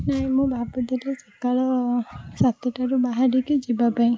ନାଇଁ ମୁଁ ଭାବୁଥିଲି ସକାଳ ସାତଟାରୁ ବାହରିକି ଯିବା ପାଇଁ